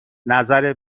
نظر